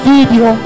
Video